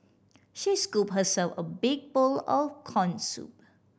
she scooped herself a big bowl of corn soup